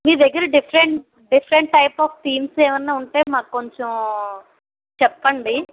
మీ దగ్గర different different type of themes ఏమన్నా ఉంటే మాకు కొంచెం చెప్పండి